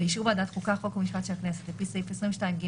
ובאישור ועדת החוקה חוק ומשט של הכנסת לפי סעיף 22ג(ח)(2),